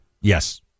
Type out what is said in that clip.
Yes